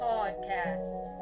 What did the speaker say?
Podcast